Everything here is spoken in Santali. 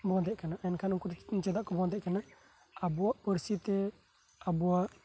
ᱮᱱᱠᱷᱟᱱ ᱩᱱᱠᱩ ᱫᱚ ᱪᱮᱫᱟᱜ ᱠᱚ ᱵᱚᱸᱫᱮᱫ ᱠᱟᱱᱟ ᱟᱵᱚᱣᱟᱜ ᱯᱟᱹᱨᱥᱤ ᱛᱮ ᱟᱵᱚᱣᱟᱜ